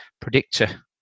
predictor